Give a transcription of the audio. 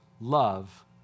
love